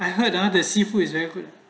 I heard ah the seafood is very good